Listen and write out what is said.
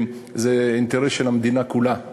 זה אינטרס של המדינה כולה,